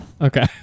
Okay